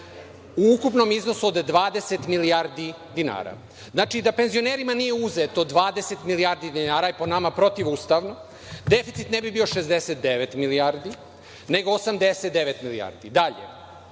u ukupnom iznosu od 20 milijardi dinara. Znači, da penzionerima nije uzeto 20 milijardi dinara, i po nama protivustavno, deficit ne bi bio 69 milijardi, nego 89. milijardi. Dalje,